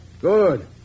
Good